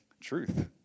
truth